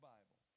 Bible